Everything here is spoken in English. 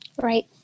Right